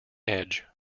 edge